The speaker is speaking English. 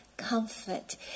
comfort